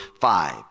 five